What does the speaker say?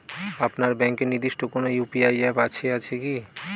আপনার ব্যাংকের নির্দিষ্ট কোনো ইউ.পি.আই অ্যাপ আছে আছে কি?